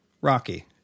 rocky